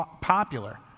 popular